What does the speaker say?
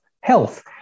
health